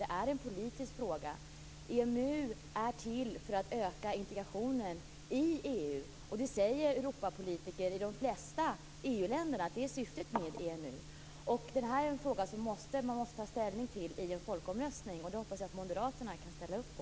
Det är en politisk fråga. EMU är till för att öka integrationen i EU. Det säger Europapolitiker i de flesta EU länderna är syftet med EMU. Detta är en fråga som man måste ta ställning till i en folkomröstning. Det hoppas jag att moderaterna kan ställa upp på.